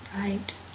Right